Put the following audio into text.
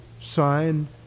sign